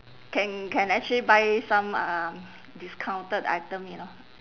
can can actually buy some um discounted item you know